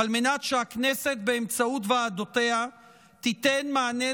על מנת שהכנסת באמצעות ועדותיה תיתן מענה